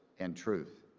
and truth.